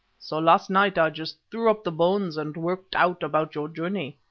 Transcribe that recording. so last night i just threw up the bones and worked out about your journey,